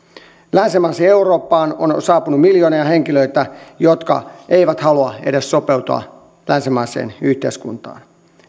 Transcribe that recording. länsimaiseen eurooppaan on saapunut miljoonia henkilöitä jotka eivät halua edes sopeutua länsimaiseen yhteiskuntaan